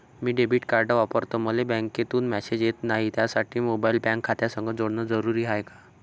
मी debit card वापरतो मले बँकेतून मॅसेज येत नाही, त्यासाठी मोबाईल बँक खात्यासंग जोडनं जरुरी हाय का?